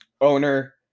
Owner